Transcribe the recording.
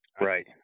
Right